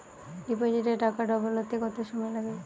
ডিপোজিটে টাকা ডবল হতে কত সময় লাগে?